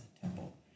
temple